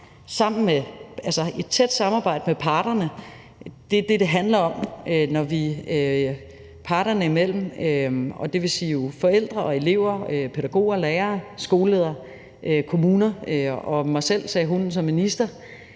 et tæt samarbejde med parterne. Det er det, det handler om, og når vi parterne imellem, dvs. forældre, elever, pædagoger, lærere, skoleledere, kommuner og mig selv som minister,